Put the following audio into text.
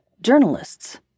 Journalists